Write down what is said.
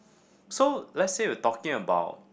so let's say we're talking about